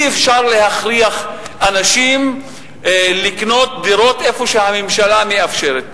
אי-אפשר להכריח אנשים לקנות דירות איפה שהממשלה מאפשרת.